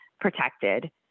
protected